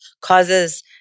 Causes